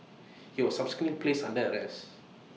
he was subsequently placed under arrest